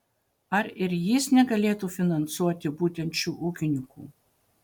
ar ir jis negalėtų finansuoti būtent šių ūkininkų